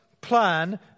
plan